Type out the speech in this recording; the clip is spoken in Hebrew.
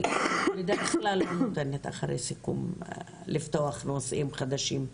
אני בדרך כלל לא נותנת אחרי הסיכום לפתוח נושאים חדשים.